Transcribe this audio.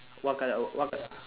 what colour what colour